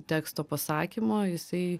teksto pasakymo jisai